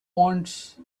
wants